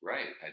Right